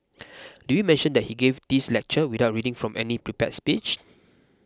did we mention that he gave this lecture without reading from any prepared speech